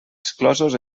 exclosos